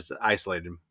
isolated